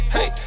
Hey